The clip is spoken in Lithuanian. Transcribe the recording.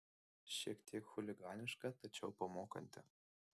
šiek tiek chuliganiška tačiau pamokanti